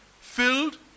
filled